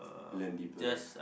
land deeper lah